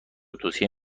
توصیه